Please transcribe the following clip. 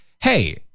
Hey